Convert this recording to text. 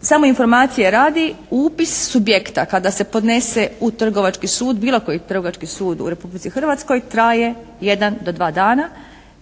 Samo informacije radi. Upis subjekta kada se podnese u trgovački sud bilo koji trgovački sud u Republici Hrvatskoj traje jedan do dva dana.